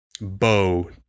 bow